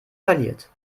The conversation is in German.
verliert